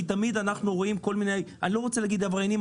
תמיד אנחנו רואים כל מיני אני לא רוצה להגיד עבריינים,